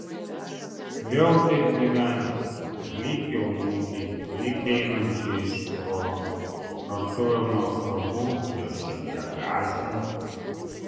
vėl taip gyventi lyg jaunutei lyg einančiai iš proto kartu ir nuostabu ir šiek tiek gąsdina